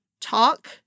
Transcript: talk